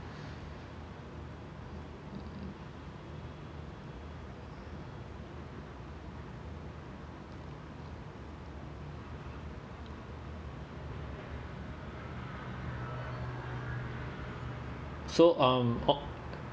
so um o~